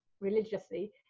religiously